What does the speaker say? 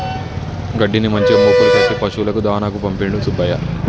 గడ్డిని మంచిగా మోపులు కట్టి పశువులకు దాణాకు పంపిండు సుబ్బయ్య